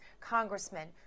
Congressman